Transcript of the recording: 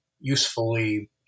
usefully